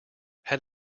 had